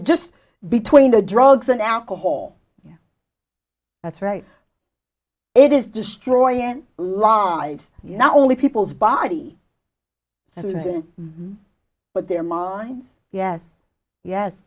just between the drugs and alcohol yeah that's right it is destroying lives not only people's body citizen but their minds yes yes